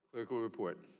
political report.